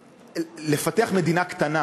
לפתח מדינה קטנה